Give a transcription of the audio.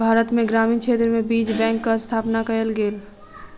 भारत में ग्रामीण क्षेत्र में बीज बैंकक स्थापना कयल गेल